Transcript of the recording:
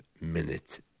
minute